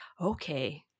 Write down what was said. okay